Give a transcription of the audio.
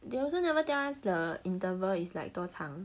they also never tell us the interval is like 多长